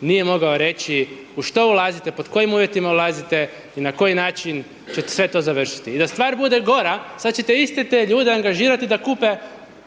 nije mogao reći u što ulazite, pod kojim uvjetima ulazite i na koji način će sve to završiti. I da stvar bude gora, sada ćete iste te ljude angažirati, da kupe,